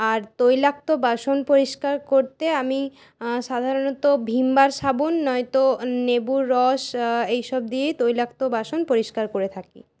আর তৈলাক্ত বাসন পরিষ্কার করতে আমি সাধারনত ভীম বার সাবুন নয় তো লেবুর রস এইসব দিয়ে তৈলাক্ত বাসন পরিষ্কার করে থাকি